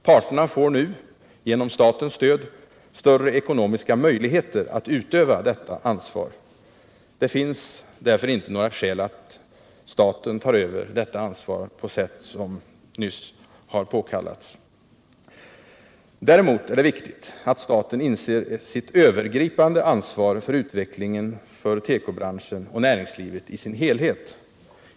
Parterna får nu — genom statens stöd —-större ekonomiska möjligheter att utöva detta ansvar. Det finns därför inte några skäl att staten tar över ansvaret på sätt som nyss har påkallats. Däremot är det viktigt att staten inser sitt övergripande ansvar för utvecklingen inom tekobranschen och näringslivet i sin helhet.